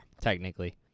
Technically